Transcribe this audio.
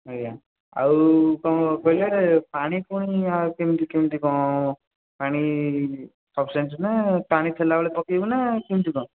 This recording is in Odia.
ଆଜ୍ଞା ଆଉ କ'ଣ କହିଲେ ପାଣି ପୁଣି ଆ କେମିତି କେମତି କ'ଣ ହବ ପାଣି ସଫିସିଏଣ୍ଟ୍ ନା ପାଣି ଥିଲାବେଳେ ପକେଇବୁ ନା କେମିତି କ'ଣ